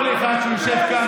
כל אחד שיושב כאן